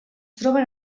troben